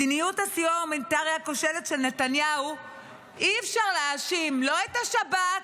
במדיניות הסיוע ההומניטרי הכושלת של נתניהו אי-אפשר להאשים לא את השב"כ,